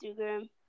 Instagram